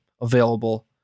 available